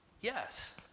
Yes